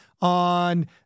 on